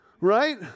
right